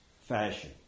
fashion